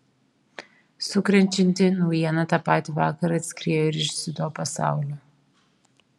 sukrečianti naujiena tą patį vakarą atskriejo ir iš dziudo pasaulio